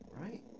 right